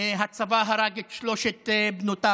שהצבא הרג את שלוש בנותיו.